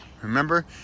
Remember